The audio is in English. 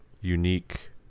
unique